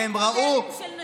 שאין מודלים של נשים.